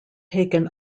taken